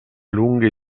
lunghe